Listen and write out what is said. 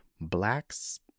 Blacks